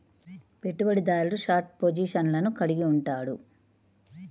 పెట్టుబడిదారుడు షార్ట్ పొజిషన్లను కలిగి ఉంటాడు